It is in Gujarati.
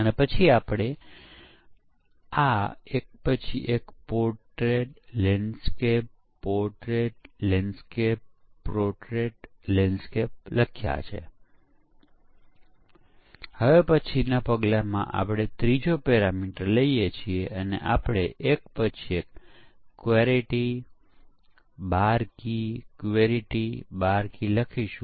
પરંતુ આપણે ખરેખર એકમ પરીક્ષણના કેસોની રચના કેવી રીતે કરવી તે જોઈએ તે પહેલાં ચાલો આપણે એવા મૂળ પ્રશ્નના જવાબ આપીએ કે આપણે ફક્ત સિસ્ટમનું પરીક્ષણ સારી રીતે કરીએ તો